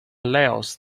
laos